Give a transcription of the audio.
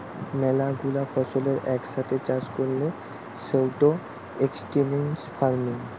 ম্যালা গুলা ফসলের এক সাথে চাষ করলে সৌটা এক্সটেন্সিভ ফার্মিং